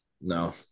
No